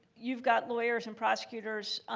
you've got lawyers and prosecutors